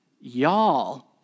Y'all